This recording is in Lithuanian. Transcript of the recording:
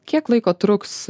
kiek laiko truks